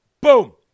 Boom